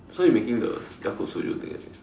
so you making the Yakult soju thing right